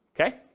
okay